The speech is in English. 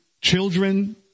children